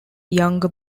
younger